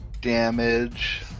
damage